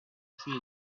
feet